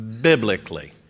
biblically